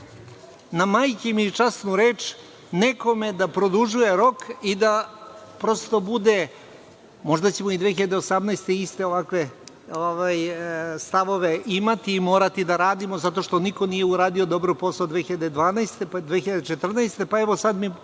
na „majke mi“ i „časnu reč“ nekome da produžuje rok i da prosto bude, možda ćemo i 2018. iste ovakve stavove imati i morati da radimo, zato što niko nije uradio dobro posao 2012, 2014. godine, pa evo sad mi